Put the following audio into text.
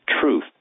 truth